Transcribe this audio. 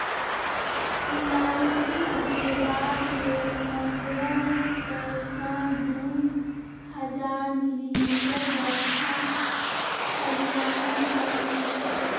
इलाइचीं उपजेबाक लेल पंद्रह सय सँ दु हजार मिलीमीटर बरखा सलियाना चाही